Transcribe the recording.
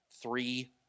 three